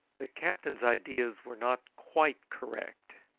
the captain's ideas were not quite correct.